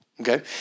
Okay